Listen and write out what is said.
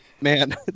Man